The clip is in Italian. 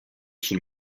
sul